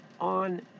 on